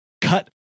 cut